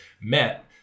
met